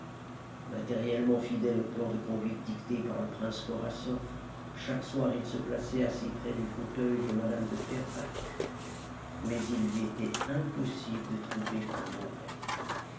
matériellement fidèle au plan de conduite dicté par le prince korasoff chaque soir il se plaçait assez près du fauteuil de mme de fervaques mais il lui était impossible de trouver un mot à dire